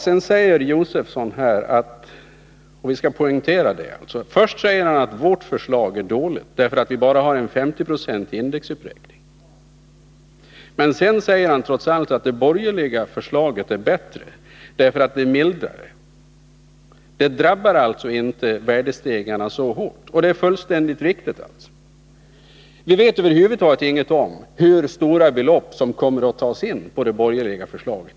Stig Josefson säger först — jag poängterar det — att vårt förslag är dåligt därför att vi bara har en 50-procentig indexutveckling. Men sedan säger han trots allt att det borgerliga förslaget är bättre därför att det är mildare; det drabbar alltså inte värdestegringarna så hårt. Detta är fullständigt riktigt. Vi vet över huvud taget ingenting om hur stora belopp som kommer att tas in på det borgerliga förslaget.